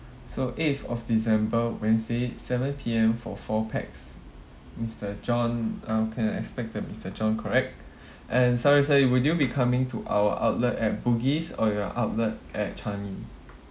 so eighth of december wednesday seven P_M for four pax mister john uh can I expect a mister john correct and sorry sir would you be coming to our outlet at bugis or our outlet at changi